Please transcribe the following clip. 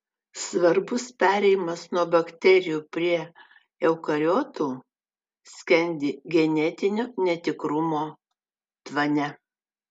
svarbus perėjimas nuo bakterijų prie eukariotų skendi genetinio netikrumo tvane